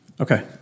Okay